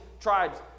tribes